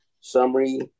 summary